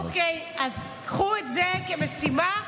אוקיי, אז קחו את זה כמשימה.